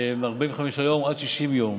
הם 45 יום עד 60 יום